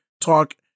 talk